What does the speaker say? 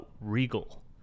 Regal